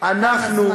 אנחנו,